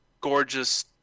gorgeous